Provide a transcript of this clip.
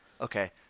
Okay